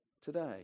today